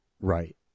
Right